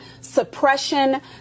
suppression